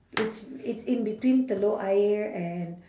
it's it's in between telok ayer and